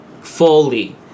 Fully